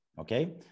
okay